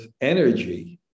energy